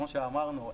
כמו שאמרנו,